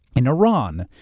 in iran,